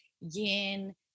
yin